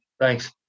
Thanks